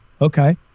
okay